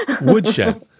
Woodshed